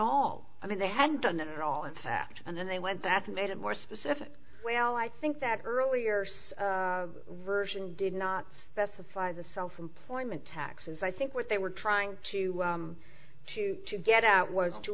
all i mean they hadn't done it at all in fact and then they went that's made it more specific well i think that earlier version did not specify the self employment taxes i think what they were trying to to to get out